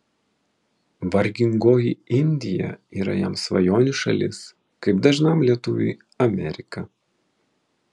vargingoji indija yra jam svajonių šalis kaip dažnam lietuviui amerika